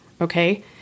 Okay